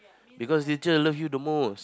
because teacher love you the most